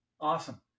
Awesome